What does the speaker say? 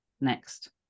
next